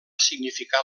significar